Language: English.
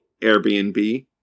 Airbnb